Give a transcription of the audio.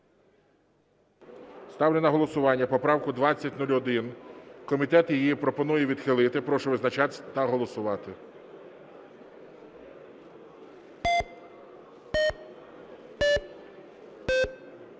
Ставлю на голосування поправку 2001. Комітет її пропонує відхилити. Прошу визначатися та голосувати,